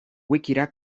wikira